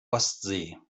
ostsee